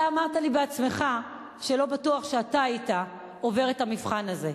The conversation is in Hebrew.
אתה אמרת לי בעצמך שלא בטוח שאתה היית עובר את המבחן הזה.